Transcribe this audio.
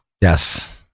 Yes